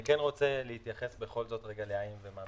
אני רוצה להתייחס בכל זאת ל"האם" ו"מה".